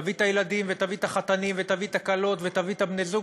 תביא את הילדים ותביא את החתנים ותביא את הכלות ותביא את בני-הזוג,